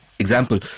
Example